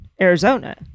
Arizona